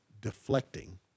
deflecting